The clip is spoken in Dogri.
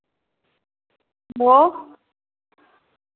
बो